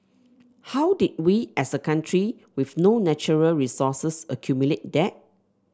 how did we as a country with no natural resources accumulate that